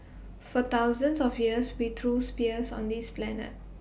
for thousands of years we threw spears on this planet